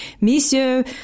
Monsieur